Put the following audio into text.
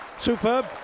Superb